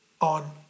on